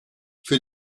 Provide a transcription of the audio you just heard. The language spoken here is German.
für